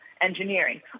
engineering